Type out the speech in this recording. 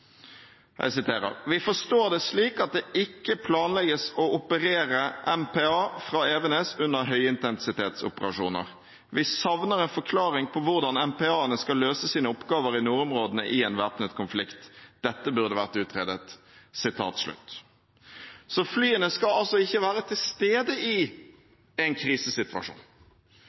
forstår det slik at det ikke planlegges å operere MPA fra Evenes under høyintensitetsoperasjoner. Vi savner en forklaring på hvordan MPA-ene skal løse sine oppgaver i nordområdene i en væpnet konflikt. Dette burde vært utredet.» Flyene skal altså ikke være til stede i en krisesituasjon.